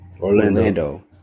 Orlando